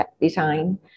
design